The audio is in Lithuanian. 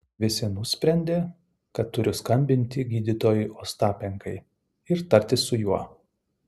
visi nusprendė kad turiu skambinti gydytojui ostapenkai ir tartis su juo